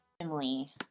emily